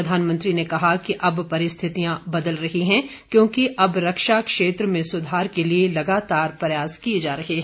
प्रधानमंत्री ने कहा कि अब परिस्थितियां बदल रही हैं क्योंकि अब रक्षा क्षेत्र में सुधार के लिए लगातार प्रयास किए जा रहे हैं